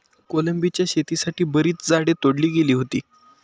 कोलंबीच्या शेतीसाठी बरीच झाडे तोडली गेली होती